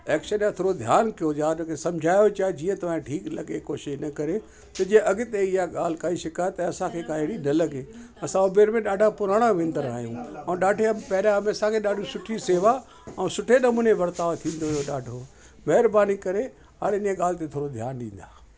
action थोरो ध्यानु कयो हुजे आहे हिनखे सम्झायो चाहे जीअं तव्हांजे ठीकु लॻे कुझु हिन करे त जीअं अॻिते इहा ॻाल्हि काई शिकायत असांखे का अहिड़ी न लॻे असां उबेर में ॾाढा पुराणा वेंदड़ु आहियूं ऐं ॾाढा पहिरियों बि असांखे ॾाढी सुठी शेवा ऐं सुठे नमूने वर्ताव थींदो हुओ ॾाढो महिरबानी करे हाणे इने ॻाल्हि ते थोरो ध्यानु ॾींदा